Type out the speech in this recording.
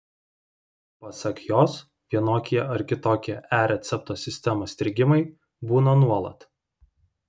pasak jos vienokie ar kitokie e recepto sistemos strigimai būna nuolat